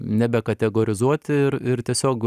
nebekategorizuoti ir ir tiesiog